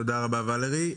תודה רבה ולרי.